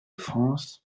france